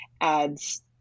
adds